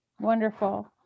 Wonderful